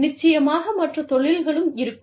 நிச்சயமாக மற்ற தொழில்களும் இருக்கும்